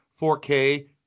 4K